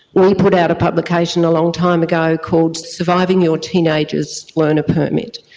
we put out a publication a long time ago called surviving your teenager's learner permit,